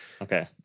Okay